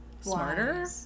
smarter